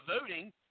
voting